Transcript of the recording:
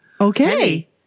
Okay